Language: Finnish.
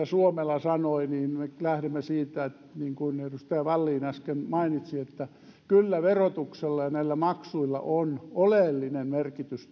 suomela sanoi niin me lähdemme siitä niin kuin edustaja vallin äsken mainitsi että kyllä verotuksella ja näillä maksuilla on oleellinen merkitys